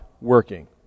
working